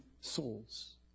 souls